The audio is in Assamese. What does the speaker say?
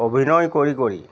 অভিনয় কৰি কৰি